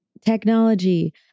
technology